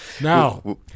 Now